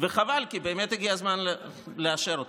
חבל, כי באמת הגיע הזמן לאשר אותה.